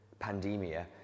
Pandemia